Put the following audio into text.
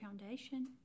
foundation